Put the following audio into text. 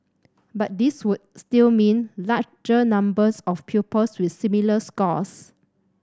but these would still mean larger numbers of pupils with similar scores